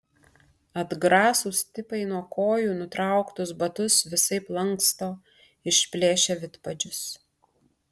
atgrasūs tipai nuo kojų nutrauktus batus visaip lanksto išplėšia vidpadžius